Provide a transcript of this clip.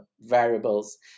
variables